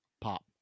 pop